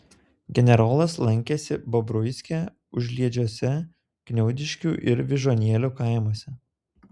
generolas lankėsi bobruiske užliedžiuose kniaudiškių ir vyžuonėlių kaimuose